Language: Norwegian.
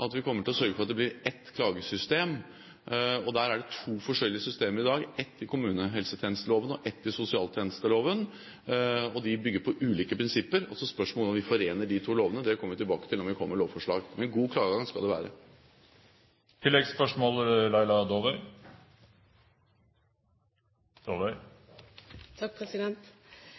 at vi kommer til å sørge for at det blir ett klagesystem. I dag er det to forskjellige systemer – ett i kommunehelsetjenesteloven og ett i sosialtjenesteloven. De bygger på ulike prinsipper, så spørsmålet er om vi forener de to lovene. Det kommer vi tilbake til når vi kommer med lovforslag, men god klageadgang skal det være. Laila